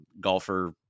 golfer